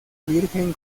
virgen